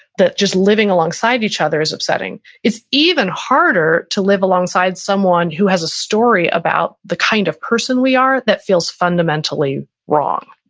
that just living alongside each other is upsetting. it's even harder to live alongside someone who has a story about the kind of person we are that feels fundamentally wrong.